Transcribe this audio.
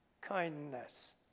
kindness